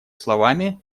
словами